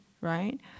right